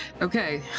Okay